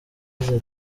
yagize